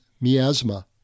miasma